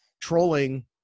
trolling